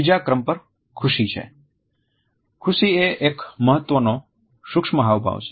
ત્રીજા ક્રમ પર ખુશી છે ખુશી એ એક મહત્વનો સૂક્ષ્મ હાવભાવ છે